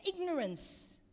ignorance